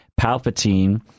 Palpatine